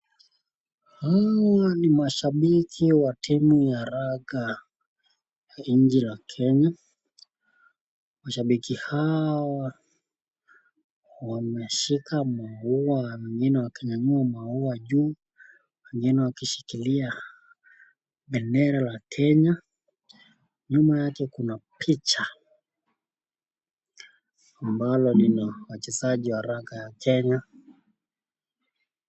Hawa ni mashabiki wa [cs[timu ya raga nchi la Kenya mashabiki hawa wameshika maua wengine wakinyanyua maua juu wengine wakishikilia bendera la Kenya nyuma yake kuna picha ambalo lina wachezaji wa raga ya Kenya